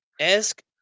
ask